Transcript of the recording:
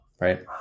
right